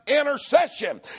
intercession